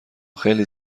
خیلی